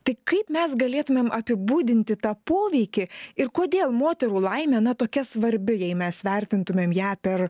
tai kaip mes galėtumėm apibūdinti tą poveikį ir kodėl moterų laimė na tokia svarbi jei mes vertintumėm ją per